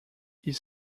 ils